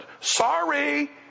Sorry